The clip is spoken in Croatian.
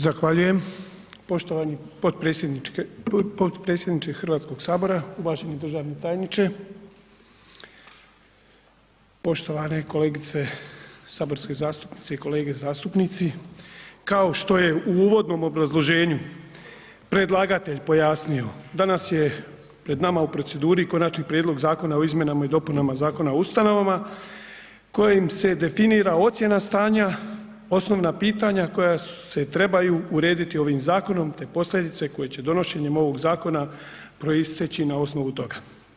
Zahvaljujem poštovani potpredsjedniče HS, uvaženi državni tajniče, poštovane kolegice saborske zastupnice i kolege zastupnici, kao što je u uvodnom obrazloženju predlagatelj pojasnio, danas je pred nama u proceduri Konačni prijedlog zakona o izmjenama i dopunama Zakona o ustanovama kojim se definira ocjena stanja, osnovna pitanja koja se trebaju urediti ovim zakonom, te posljedice koje će donošenjem ovog zakona proisteći na osnovu toga.